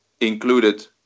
included